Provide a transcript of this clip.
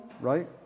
right